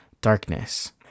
darkness